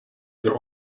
their